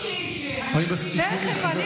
תגידי לי שאני, היא בסיכום, חבר הכנסת טיבי.